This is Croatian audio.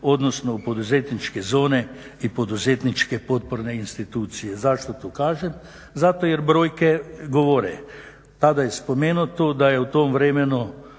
odnosno u poduzetničke zone i poduzetničke potporne institucije. Zašto to kažem? Zato jer brojke govore, tada je spomenuto da je u tom vremenu